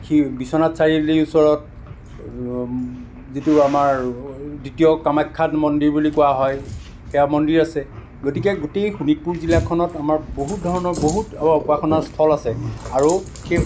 বিশ্বনাথ চাৰিআলিৰ ওচৰত যিটো আমাৰ দ্বিতীয় কামাখ্যা মন্দিৰ বুলি কোৱা হয় সেয়া মন্দিৰ আছে গতিকে গোটেই শোণিতপুৰ জিলাখনত আমাৰ বহুত ধৰণৰ বহুত উপাসনা স্থল আছে আৰু সেই ঐতিহ্য